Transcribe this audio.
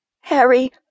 Harry